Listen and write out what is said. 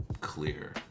clear